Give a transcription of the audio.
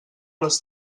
les